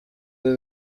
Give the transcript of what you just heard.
ibi